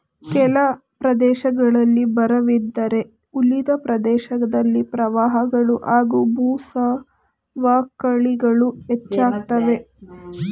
ಕೆಲ ಪ್ರದೇಶದಲ್ಲಿ ಬರವಿದ್ದರೆ ಉಳಿದ ಪ್ರದೇಶದಲ್ಲಿ ಪ್ರವಾಹಗಳು ಹಾಗೂ ಭೂಸವಕಳಿಗಳು ಹೆಚ್ಚಾಗ್ತವೆ